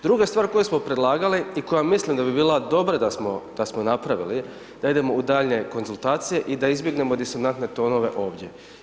Druga stvar koju smo predlagali i koja mislim da bi bila dobra da smo napravili uvedemo u daljnje konzultacije i da izbjegnemo di su … onome ovdje.